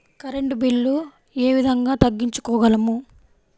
Current bill ఏ విధంగా తగ్గించుకోగలము?